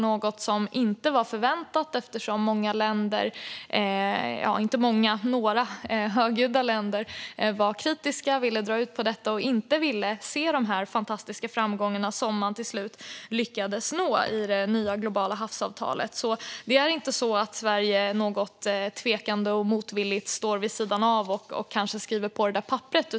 Det var inte förväntat, eftersom några högljudda länder var kritiska, ville dra ut på detta och inte såg de fantastiska framgångar som man till slut lyckades nå i det nya, globala havsavtalet. Det var alltså inte så att Sverige något tvekande och motvilligt stod vid sidan av och kanske skrev på det där papperet.